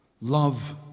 love